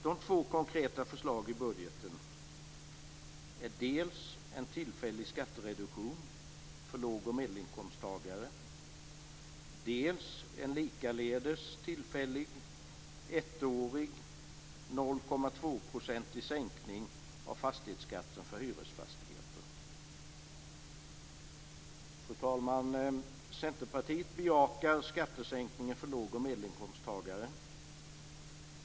De två konkreta förslagen i budgeten är dels en tillfällig skattereduktion för låg och medelinkomsttagare, dels en likaledes tillfällig ettårig 0,2-procentig sänkning av fastighetsskatten för hyresfastigheter. Fru talman! Centerpartiet bejakar skattesänkningen för låg och medelinkomsttagare.